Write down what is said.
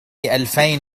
ألفين